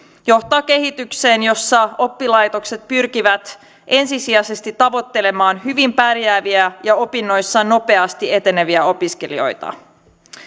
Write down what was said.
johtaa kehitykseen jossa oppilaitokset pyrkivät ensisijaisesti tavoittelemaan hyvin pärjääviä ja ja opinnoissaan nopeasti eteneviä opiskelijoita